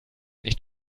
nicht